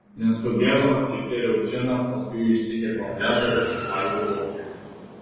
neskubėdamas išgėriau džiną paskui išsikepiau omleto ir suvalgiau lauke